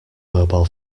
mobile